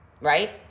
Right